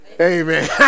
Amen